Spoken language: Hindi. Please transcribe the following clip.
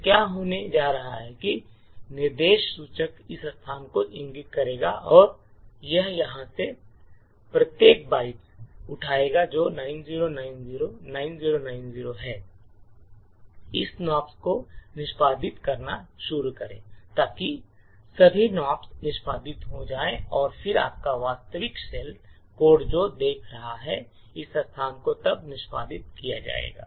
तो क्या होने जा रहा है कि निर्देश सूचक इस स्थान को इंगित करेगा और यह यहां से प्रत्येक बाइट उठाएगा जो 90909090 है और इस nops को निष्पादित करना शुरू करें ताकि सभी nops निष्पादित हो जाएं और फिर आपका वास्तविक शेल कोड जो देख रहा है इस स्थान को तब निष्पादित किया जाएगा